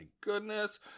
goodness